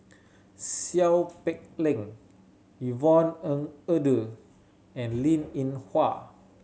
Seow Peck Leng Yvonne Ng Uhde and Linn In Hua